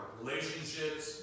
relationships